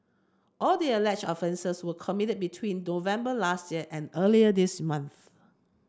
all the alleged offences were committed between November last year and earlier this month